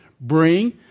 bring